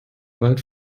wald